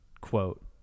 quote